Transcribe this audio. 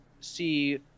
see